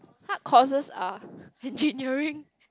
hard courses are engineering